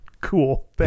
cool